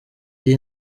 iyi